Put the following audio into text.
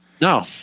No